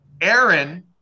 Aaron